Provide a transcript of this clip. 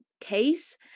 case